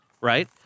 Right